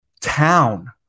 town